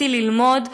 רציתי ללמוד.